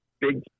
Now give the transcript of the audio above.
big